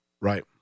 right